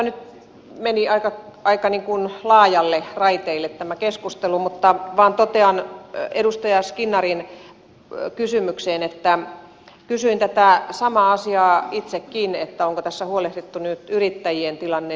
nyt meni aika laajoille raiteille tämä keskustelu mutta vain totean edustaja skinnarin kysymykseen ja kysyin tätä samaa asiaa itsekin onko tässä huolehdittu nyt yrittäjien tilanne